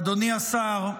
אדוני השר,